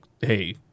hey